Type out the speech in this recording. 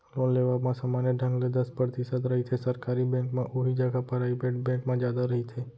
loan लेवब म समान्य ढंग ले दस परतिसत रहिथे सरकारी बेंक म उहीं जघा पराइबेट बेंक म जादा रहिथे